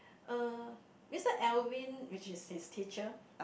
uh Mr Alvin which is his teacher